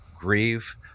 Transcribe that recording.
grieve